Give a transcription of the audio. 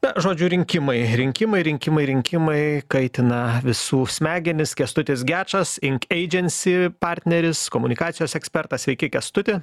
na žodžiu rinkimai rinkimai rinkimai rinkimai kaitina visų smegenis kęstutis gečas inkeidžensi partneris komunikacijos ekspertas sveiki kęstuti